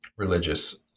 religious